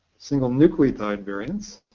single nucleotide variants,